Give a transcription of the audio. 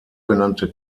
genannte